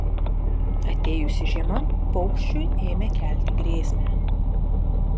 atėjusi žiema paukščiui ėmė kelti grėsmę